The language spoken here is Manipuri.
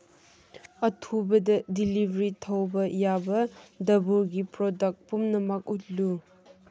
ꯑꯊꯨꯕꯗ ꯗꯤꯂꯤꯚ꯭ꯔꯤ ꯇꯧꯕ ꯌꯥꯕ ꯗꯕꯨꯔꯒꯤ ꯄ꯭ꯔꯗꯛ ꯄꯨꯝꯅꯃꯛ ꯎꯠꯂꯨ